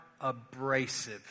abrasive